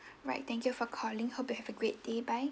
right thank you for calling hope you have a great day bye